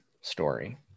story